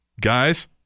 guys